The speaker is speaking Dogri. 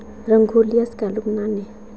रंगोली अस कैल्ली बनाने आं